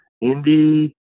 Indy